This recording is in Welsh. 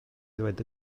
ddweud